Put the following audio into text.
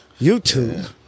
YouTube